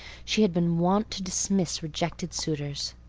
she had been wont to dismiss rejected suitors?